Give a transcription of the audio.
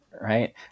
right